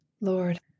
Lord